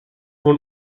voor